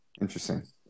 Interesting